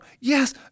Yes